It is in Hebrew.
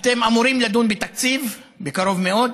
אתם אמורים לדון בתקציב בקרוב מאוד,